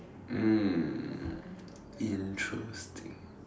mm interesting